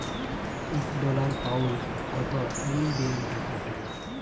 ইক dollar, pound কত ইলডিয়াল টাকা হ্যয়